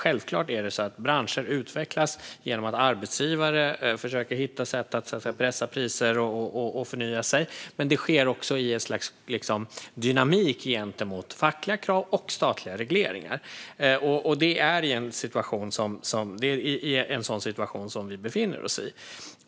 Självklart utvecklas branscher genom att arbetsgivare försöker hitta sätt att pressa priser och förnya sig, men det sker också i en dynamik gentemot fackliga krav och statliga regleringar. Det är i en sådan situation vi befinner oss.